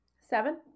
Seven